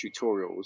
tutorials